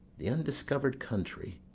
the undiscover'd country,